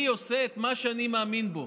אני עושה את מה שאני מאמין בו?